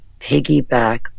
piggyback